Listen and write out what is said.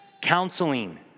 Counseling